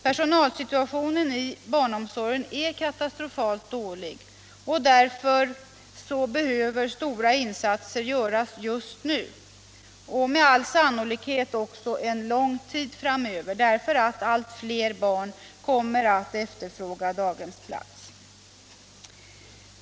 Personalsituationen inom barnomsorgen är katastrofalt dålig, och därför behöver stora insatser göras just nu och med all sannolikhet också en lång tid framöver, därför att allt fler barn kommer att efterfråga daghemsplats.